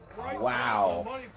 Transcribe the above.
Wow